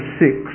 six